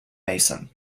mason